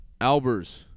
Albers